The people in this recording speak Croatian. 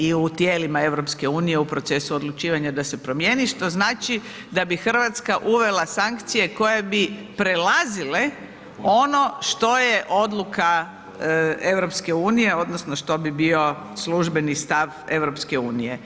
I u tijelima EU, u procesu odlučivanja da se promijeni što znači da bi Hrvatska uvela sankcije koje bi prelazile ono što je odluka EU odnosno što bi bio službeni stav EU.